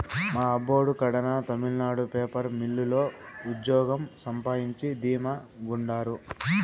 మా అబ్బోడు కడాన తమిళనాడు పేపర్ మిల్లు లో ఉజ్జోగం సంపాయించి ధీమా గుండారు